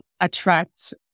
attract